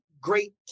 great